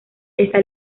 está